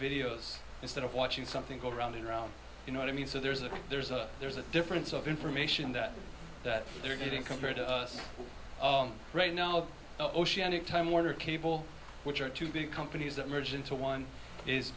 videos instead of watching something go around and around you know i mean so there's a there's a there's a difference of information that that they're getting compared to us right now oceanic time warner cable which are two big companies that merge into one is